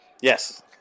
Yes